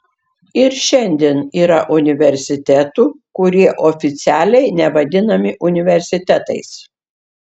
ir šiandien yra universitetų kurie oficialiai nevadinami universitetais